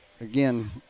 again